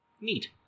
Neat